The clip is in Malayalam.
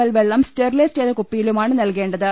എൽ വെള്ളം സ്റ്റെറിലൈസ് ചെയ്ത കുപ്പിയിലുമാണ് നൽകേണ്ടത്